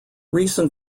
recent